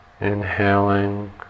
Inhaling